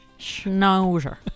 schnauzer